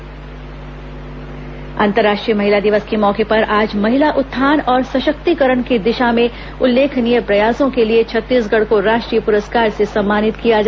छत्तीसगढ़ राष्ट्रीय प्रस्कार अंतर्राष्ट्रीय महिला दिवस के मौके पर आज महिला उत्थान और सशक्तिकरण की दिशा में उल्लेखनीय प्रयासों के लिए छत्तीसगढ़ को राष्ट्रीय पुरस्कार से सम्मानित किया गया